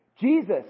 Jesus